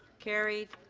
carried.